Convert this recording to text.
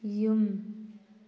ꯌꯨꯝ